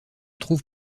trouve